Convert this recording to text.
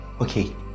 Okay